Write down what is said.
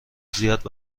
زیاد